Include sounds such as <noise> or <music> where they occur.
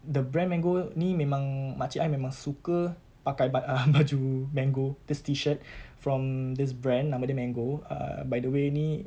the brand mango ni memang makcik I memang suka pakai ba~ <laughs> baju mango this T shirt from this brand nama dia mango err by the way ini